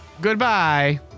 Goodbye